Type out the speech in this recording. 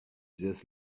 just